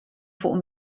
fuq